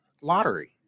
lottery